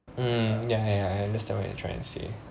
mm ya ya I understand what you're trying to say